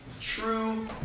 true